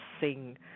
sing